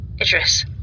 Idris